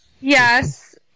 yes